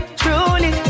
truly